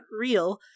real-